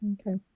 Okay